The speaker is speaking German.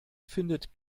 findet